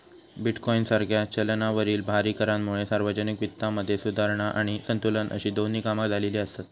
bitcoin सारख्या चलनावरील भारी करांमुळे सार्वजनिक वित्तामध्ये सुधारणा आणि संतुलन अशी दोन्ही कामा झालेली आसत